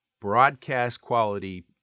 broadcast-quality